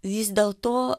vis dėl to